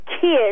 kids